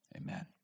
Amen